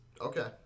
Okay